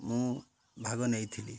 ମୁଁ ଭାଗ ନେଇଥିଲି